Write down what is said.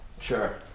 Sure